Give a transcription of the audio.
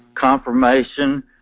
Confirmation